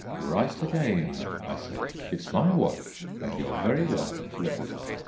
right again, i said it's my watch, and you're very welcome to look at it.